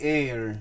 air